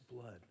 blood